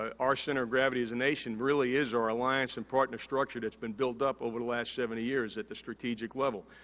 ah our center of gravity as a nation really is our alliance and partner structure that's been built up over the last seventy years at the strategic level.